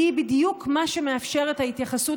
היא בדיוק מה שמאפשר את ההתייחסות